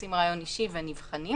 עושים ראיון אישי ונבחנים.